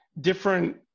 different